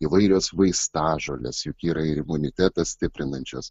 įvairios vaistažolės juk yra ir imunitetą stiprinančios